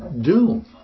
doom